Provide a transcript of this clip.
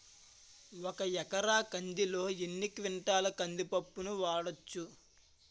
ఒక ఎకర కందిలో ఎన్ని క్వింటాల కంది పప్పును వాడచ్చు?